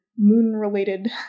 moon-related